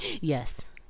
Yes